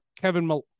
Kevin